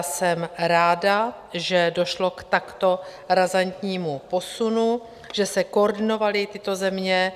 Jsem ráda, že došlo k takto razantnímu posunu, že se koordinovaly tyto země.